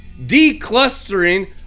Declustering